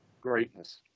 greatness